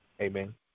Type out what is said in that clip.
Amen